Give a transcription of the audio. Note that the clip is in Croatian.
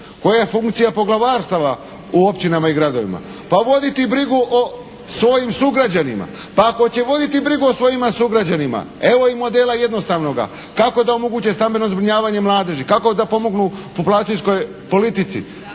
koja je funkcija poglavarstava u općinama i gradovima? Pa voditi brigu o svojim sugrađanima. Pa ako će voditi brigu o svojima sugrađanima evo im modela jednostavnoga kako da omoguće stambeno zbrinjavanje mladeži, kako da pomognu populacijskoj politici.